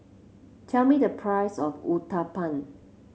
tell me the price of Uthapam